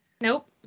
nope